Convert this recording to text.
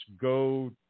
go